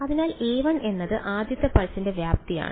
അതിനാൽ a1 എന്നത് ആദ്യത്തെ പൾസിന്റെ വ്യാപ്തിയാണ്